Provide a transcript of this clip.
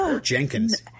Jenkins